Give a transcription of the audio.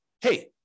hey